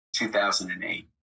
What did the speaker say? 2008